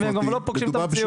והם גם לא פוגשים את המציאות.